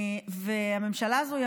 הממשלה הזאת,